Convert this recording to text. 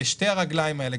בשתי הרגליים האלה,